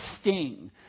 sting